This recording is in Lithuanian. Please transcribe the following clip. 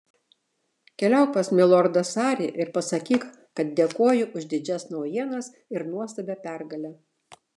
keliauk pas milordą sarį ir pasakyk kad dėkoju už didžias naujienas ir nuostabią pergalę